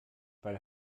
weil